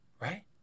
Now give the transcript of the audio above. right